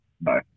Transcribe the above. Bye